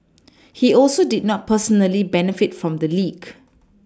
he also did not personally benefit from the leak